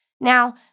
Now